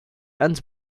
and